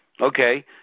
Okay